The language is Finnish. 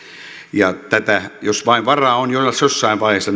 ja tätä jos vain varaa on jossain vaiheessa